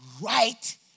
right